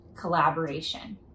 collaboration